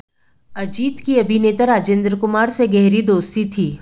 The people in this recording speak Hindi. अजीत की अभिनेता राजेंद्र कुमार से गहरी दोस्ती थी